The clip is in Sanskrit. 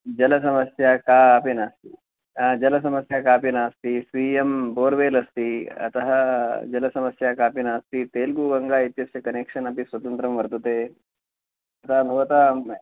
जलसमस्या कापि नास्ति जलसमस्या कापि नास्ति स्वीयं बोर्वेल् अस्ति अतः जलसमस्या कापि नास्ति तेलुगुवङ्ग इत्यस्य कनेक्षन् अपि स्वतन्त्रं वर्तते अतः भवतां